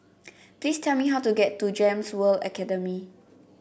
please tell me how to get to Gems World Academy